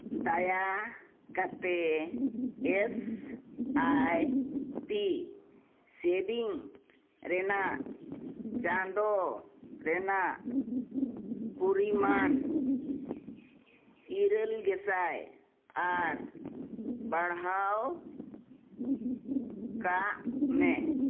ᱫᱟᱭᱟ ᱠᱟᱛᱮᱫ S I P ᱥᱮᱹᱵᱷᱤᱝ ᱨᱮᱱᱟᱜ ᱪᱟᱸᱫᱚ ᱨᱮᱱᱟᱜ ᱯᱚᱨᱤᱢᱟᱱ ᱤᱨᱟᱹᱞ ᱜᱮᱥᱟᱭ ᱟᱨ ᱵᱟᱲᱦᱟᱣ ᱠᱟᱜ ᱢᱮ